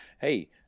hey